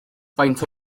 faint